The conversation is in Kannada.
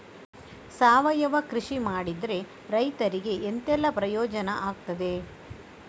ಸಾವಯವ ಕೃಷಿ ಮಾಡಿದ್ರೆ ರೈತರಿಗೆ ಎಂತೆಲ್ಲ ಪ್ರಯೋಜನ ಆಗ್ತದೆ?